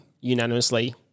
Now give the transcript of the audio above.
unanimously